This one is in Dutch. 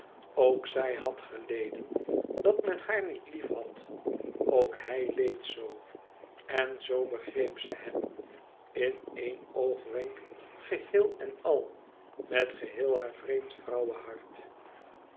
ook zij had geleden dat men haar niet liefhad ook hij leed zoo en zoo begreep ze hem in éen oogwenk geheel en al met geheel haar vreemd